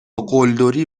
قلدری